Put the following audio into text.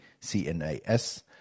CNAS